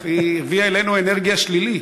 יש כנראה איזושהי אאורה שם, בספסלים האלה.